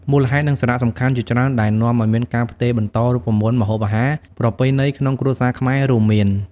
មូលហេតុ និងសារៈសំខាន់ជាច្រើនដែលនាំឱ្យមានការផ្ទេរបន្តរូបមន្តម្ហូបអាហារប្រពៃណីក្នុងគ្រួសារខ្មែរ រួមមាន៖